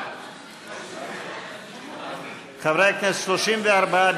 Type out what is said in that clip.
עורכי הדין (תיקון, ציוני מבחני ההסמכה),